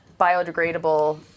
biodegradable